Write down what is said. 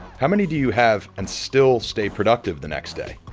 how many do you have and still stay productive the next day?